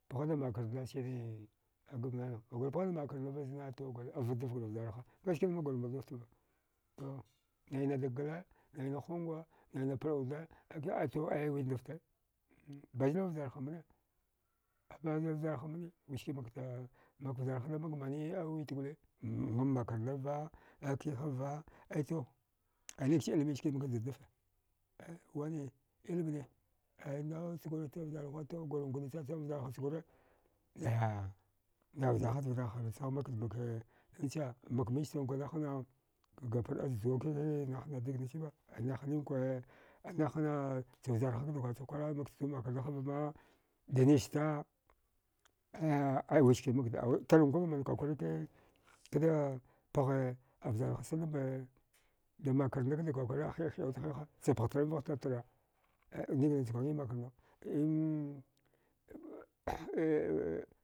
Pghadan makarnda sire a gamnana ngagur pghadan makarndava zna to avadnafgur vjarha ngaskida makgurda mbaldu ftava to nainada gala naida hunga naina parəwuda aito windafte bazilva vjarha mane abazil vjarha mane wiski makda mak vjarhada makmani awit gole ngam makarndava nga kihava aito ai nich ilmiska matada zdafe wane ilmine aya ndauchgura tavgarghwa to gurankwada chacham vjarha chgura naya navjarhad vjarha nachg makda make che makmichtan kwa nahana gaparəaz juwa kike nahna dagna chiba ai nahanninkwa anahana vjarhakda kwarchag kwakwara makte jam makarnda hava ma danista aya ai wiski makda awi tarankwava mankwakwarikda paghe avjarstadan makarnda kada kwarkwara ahiəhiəa wudha chapaghtaramvagh tartara niknacha kuəangi makarnda.